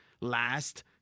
last